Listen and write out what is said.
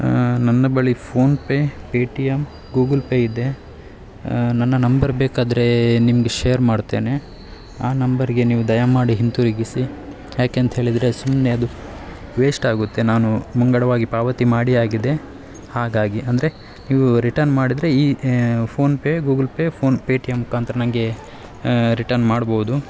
ನನ್ನ ಬಳಿ PhonePe Paytm Google Pay ಇದೆ ನನ್ನ ನಂಬರ್ ಬೇಕಾದರೆ ನಿಮಗೆ ಶೇರ್ ಮಾಡ್ತೇನೆ ಆ ನಂಬರ್ಗೆ ನೀವು ದಯಮಾಡಿ ಹಿಂತಿರುಗಿಸಿ ಯಾಕೆಂತೇಳಿದರೆ ಸುಮ್ನೆ ಅದು ವೇಸ್ಟ್ ಆಗುತ್ತೆ ನಾನು ಮುಂಗಡವಾಗಿ ಪಾವತಿ ಮಾಡಿ ಆಗಿದೆ ಹಾಗಾಗಿ ಅಂದರೆ ನೀವು ರಿಟನ್ ಮಾಡಿದರೆ ಈ ಫೋನ್ಪೇ ಗೂಗುಲ್ಪೇ ಫೋನ್ಪೇ ಪೇಟಿಎಮ್ ಮುಖಾಂತರ ನಂಗೆ ರಿಟನ್ ಮಾಡ್ಬೋದು